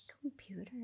computer